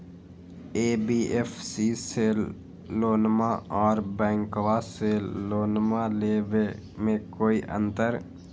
NBFC से लोनमा आर बैंकबा से लोनमा ले बे में कोइ अंतर?